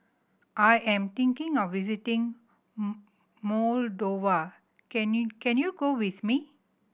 I am thinking of visiting Moldova can you can you go with me